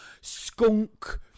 skunk